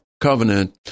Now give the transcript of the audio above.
Covenant